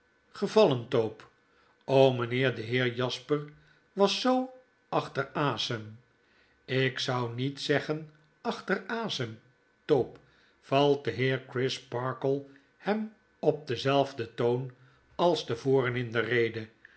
gevallen tope mijnheer de heer jasper was zo achter asem ik zou niet zeggen achter asem tope valt de heer crisparkle hem op denzelfden toon als te voren in de rede